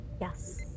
Yes